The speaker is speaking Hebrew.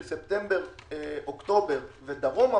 של ספטמבר-אוקטובר ודרומה,